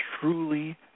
truly